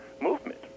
movement